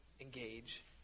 engage